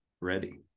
ready